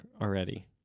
already